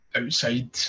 outside